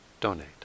donate